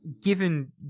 given